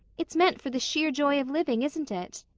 it's meant for the sheer joy of living, isn't it?